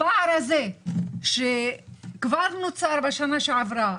הפער הזה שכבר נוצר בשנה שעברה,